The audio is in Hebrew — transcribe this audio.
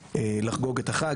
לחגוג את החג.